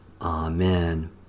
Amen